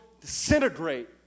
disintegrate